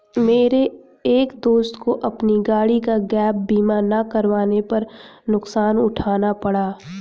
मेरे एक दोस्त को अपनी गाड़ी का गैप बीमा ना करवाने पर नुकसान उठाना पड़ा